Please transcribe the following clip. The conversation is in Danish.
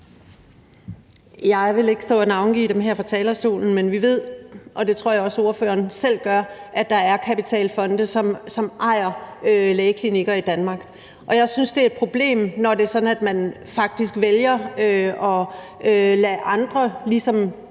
Jeg vil ikke stå og give navnene på dem her fra talerstolen, men vi ved, og det tror jeg også ordføreren selv gør, at der er kapitalfonde, som ejer lægeklinikker i Danmark. Og jeg synes, det er et problem, når det er sådan, at det ikke er lægerne selv,